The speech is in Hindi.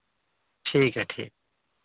ठीक है ठीक